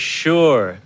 sure